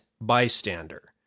bystander